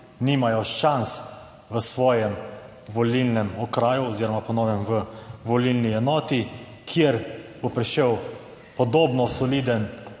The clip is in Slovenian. nimajo šans v svojem volilnem okraju oziroma po novem v volilni enoti, kjer bo prišel podobno soliden